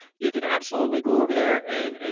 you can absolutely go over there and, and